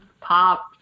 pop